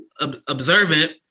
observant